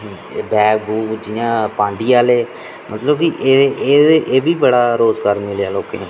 bag बूग जि'यां पांडी आह्ले मतलव कि एह् बी बड़ा रोज़गार मिलेआ लोकें गी